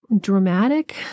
dramatic